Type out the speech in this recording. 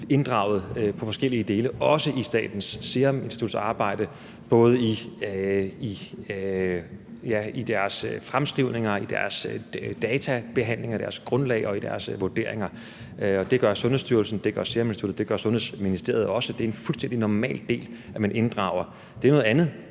inddraget i de forskellige dele, også i Statens Serum Instituts arbejde, både i deres fremskrivninger, i deres databehandlinger, i deres grundlag og i deres vurderinger. Det gør Sundhedsstyrelsen, det gør Seruminstituttet, og det gør Sundhedsministeriet også. Det er en fuldstændig normal del, at man inddrager folk. Det er noget andet